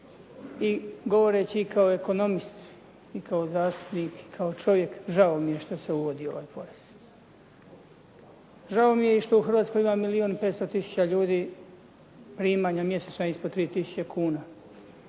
i govoreći kao ekonomist i kao zastupnik i kao čovjek, žao mi je što se uvodi ovaj porez. Žao mi je i što u Hrvatskoj ima milijun i 500 tisuća ljudi primanja mjesečna ispod 3 000 kuna,